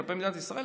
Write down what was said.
כלפי מדינת ישראל,